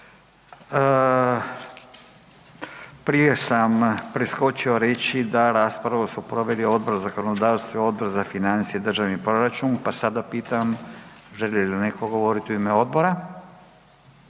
Prije sam preskočio reći da raspravu su proveli Odbor za zakonodavstvo i Odbor za financije i državni proračun, pa sada pitam želi li netko govoriti u ime odbora?